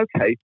okay